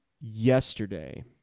yesterday